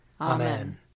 Amen